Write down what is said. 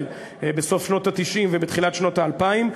בסוף שנות ה-90 ובתחילת שנות האלפיים,